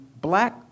black